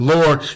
Lord